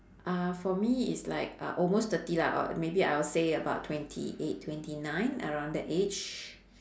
uh for me is like uh almost thirty lah or maybe I will say about twenty eight twenty nine around that age